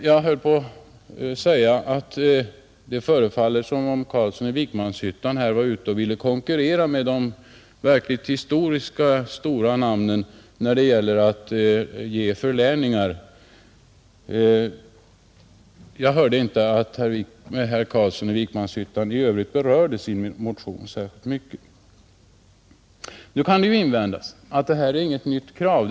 Jag höll på att säga att det förefaller som om herr Carlsson i Vikmanshyttan försöker konkurrera med de verkligt stora historiska namnen när det gäller att ge förläningar. Däremot hörde jag inte att herr Carlsson i övrigt berörde sin motion särskilt mycket. Nu kan det invändas att detta inte är något nytt krav.